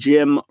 Jim